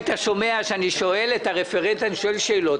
היית שומע שאני שואל את הרפרנט שאלות,